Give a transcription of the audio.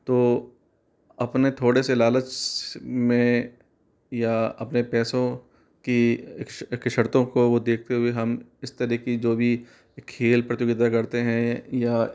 तो अपने थोड़े से लालच में या अपने पैसों की शर्तों को देखते हुए हम इस तरीके के जो भी खेल प्रतियोगिता करते हैं या